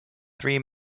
three